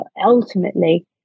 ultimately